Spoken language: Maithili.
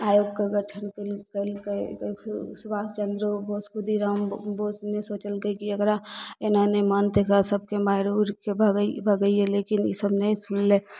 आयोगके गठन कयलकै सुभाष चंद्र बोस खुद्दी राम बोस सोचलकै की एकरा एना नहि मानतै एकरा सबके मारि ओरि के भगैऐ लेकिन ईसब नहि सुनलै